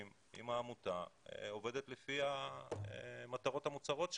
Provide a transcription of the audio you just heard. אם העמותה עובדת לפי המטרות המוצהרות שלה.